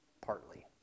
partly